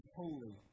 holy